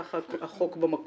כך החוק במקור.